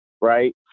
right